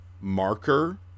marker